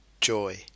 joy